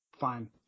fine